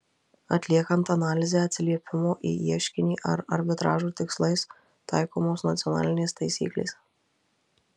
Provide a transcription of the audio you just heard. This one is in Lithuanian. atliekant analizę atsiliepimo į ieškinį ar arbitražo tikslais taikomos nacionalinės taisyklės